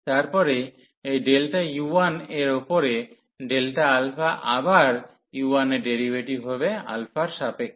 তারপরে এই delta u1 এর ওপরে ডেল্টা আলফা আবার u1 এর ডেরিভেটিভ হবে আলফার সাপেক্ষে